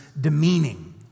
demeaning